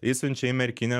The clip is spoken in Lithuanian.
išsiunčia į merkinę